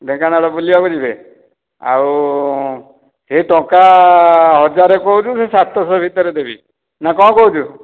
ଢେଙ୍କାନାଳ ବୁଲିବାକୁ ଯିବେ ଆଉ ସେହି ଟଙ୍କା ହଜାର କହୁଛୁ ସେହି ସାତଶହ ଭିତରେ ଦେବି ନା କ'ଣ କହୁଛୁ